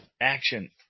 Action